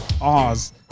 Oz